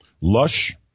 lush